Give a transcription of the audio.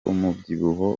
umubyibuho